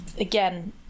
again